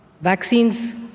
Vaccines